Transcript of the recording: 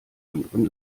anderen